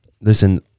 listen-